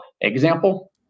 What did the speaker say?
example